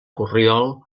corriol